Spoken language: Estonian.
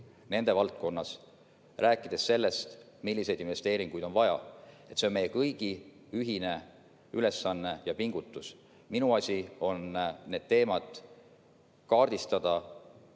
nende valdkonnas, rääkides sellest, milliseid investeeringuid on vaja. See on meie kõigi ühine ülesanne ja pingutus. Minu asi on need teemad kaardistada